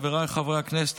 חבריי חברי הכנסת,